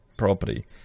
Property